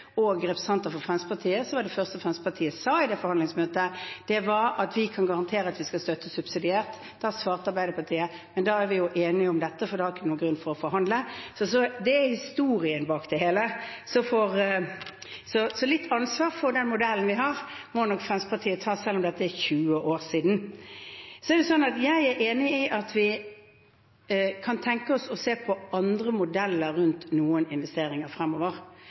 og representanter for Fremskrittspartiet, var det første Fremskrittspartiet sa i det forhandlingsmøtet, at de kunne garantere at de skulle støtte det subsidiært. Da svarte Arbeiderpartiet: Men da er vi jo enige om dette og har ingen grunn for å forhandle. Det er historien bak det hele. Så litt ansvar for den modellen vi har, må nok Fremskrittspartiet ta selv om dette er 20 år siden. Så er jeg enig i at vi kan tenke oss å se på andre modeller rundt noen investeringer fremover,